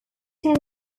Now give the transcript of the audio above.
song